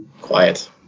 Quiet